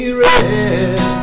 red